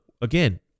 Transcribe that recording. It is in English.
again